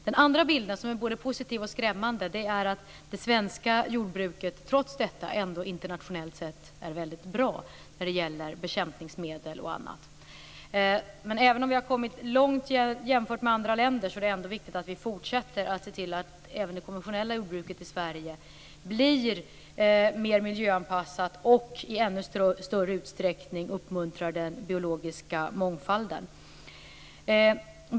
Den andra bilden, som är både positiv och skrämmande, är att det svenska jordbruket trots detta ändå internationellt sett är väldigt bra när det gäller bekämpningsmedel och annat. Även om vi har kommit långt jämfört med andra länder är det viktigt att vi fortsätter att se till att även det konventionella jordbruket i Sverige blir mer miljöanpassat och i ännu större utsträckning uppmuntrar den biologiska mångfalden.